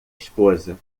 esposa